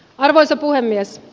arvoisa puhemies